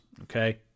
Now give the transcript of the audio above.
okay